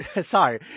Sorry